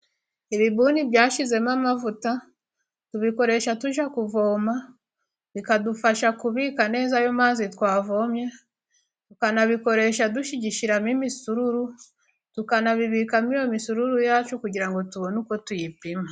Ibibuni byashizemo amavuta, tubikoresha tujya kuvoma, bikadufasha kubika neza ayo mazi twavomye, tukanabikoresha dushigishiramo imisururu, tukanabibikamo iyo misuru yacu, kugira ngo tubone uko tuyipima.